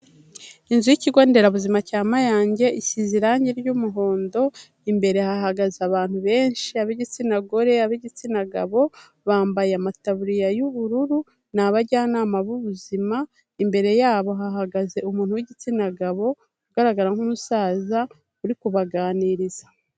Inzu y'ikigo nderabuzima cya Mayange isize irangi ry'umuhondo, imbere hahagaze abantu benshi ab'igitsina gore, ab'igitsina gabo bambaye amataburiya y'ubururu ni abajyanama b'ubuzima, imbere yabo hahagaze umuntu w'igitsina gabo ugaragara nk'umusaza urikubaganiriza.